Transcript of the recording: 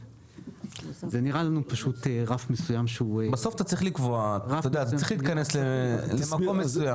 זה נראה לנו רף מסוים -- כי בסוף אתה צריך להתכנס למקום מסוים.